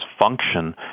function